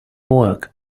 work